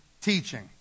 teaching